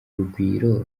rugwiro